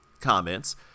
comments